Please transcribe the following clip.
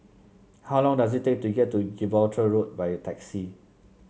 how long does it take to get to Gibraltar Road by taxi